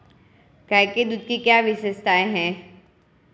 गाय के दूध की क्या विशेषता है?